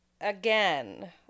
Again